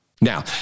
Now